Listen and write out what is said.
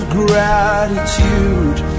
gratitude